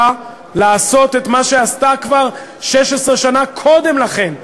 לעשות את מה שעשתה כבר 16 שנה קודם לכן,